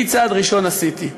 אני, צעד ראשון עשיתי: